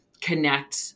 connect